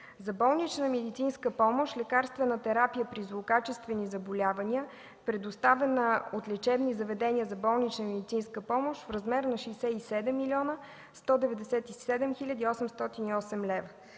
За болнична медицинска помощ, лекарствена терапия при злокачествени заболявания, предоставена от лечебни заведения за болнична медицинска помощ – в размер на 67 млн. 197 хил. 808 лв.”